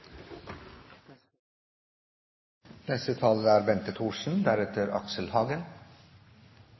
Neste taler er